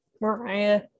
Mariah